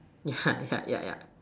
yeah yeah yeah yeah